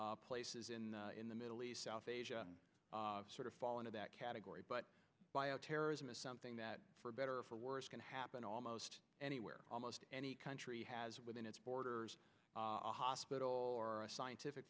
places in the middle east south asia sort of fall into that category but bioterrorism is something that for better or for worse can happen almost anywhere almost any country has within its borders a hospital or a scientific